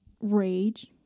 rage